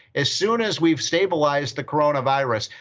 as soon as we have stabilized the coronavirus.